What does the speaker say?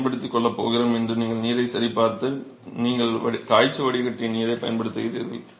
பயன்படுத்தி கொள்ள போகிறோம் என்று நீங்கள் நீரை சரிபார்த்து நீங்கள் காய்ச்சி வடிகட்டிய நீர் பயன்படுத்துகிறீர்கள்